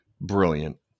brilliant